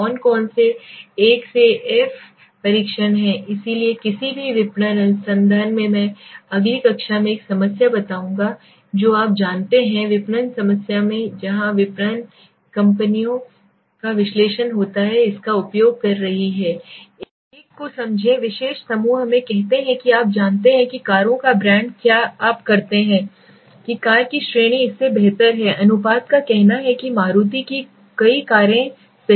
कौन कौन से एक एफ परीक्षण है इसलिए किसी भी विपणन अनुसंधान में मैं अगली कक्षा में एक समस्या बताऊंगा जो आप जानते हैं विपणन समस्या में जहां विपणक कंपनियां विश्लेषण के लिए इसका उपयोग कर रही हैं एक को समझें विशेष समूह हमें कहते हैं कि आप जानते हैं कि कारों का ब्रांड क्या आप कहते हैं कि कार की श्रेणी इससे बेहतर है अनुपात का कहना है कि मारुति को कई कारें सही मिली हैं